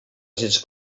gens